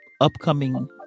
upcoming